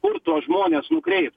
kur tuos žmones nukreipt